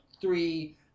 three